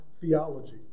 theology